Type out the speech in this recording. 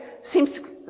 seems